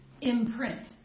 imprint